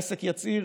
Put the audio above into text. העסק יצהיר,